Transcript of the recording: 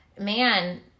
man